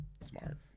smart